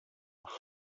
were